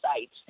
sites